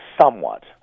somewhat